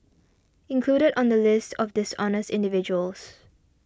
included on the list of dishonest individuals